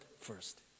first